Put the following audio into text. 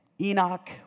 Enoch